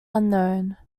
unknown